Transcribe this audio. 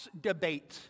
debate